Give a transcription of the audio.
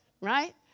right